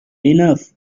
enough